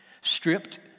stripped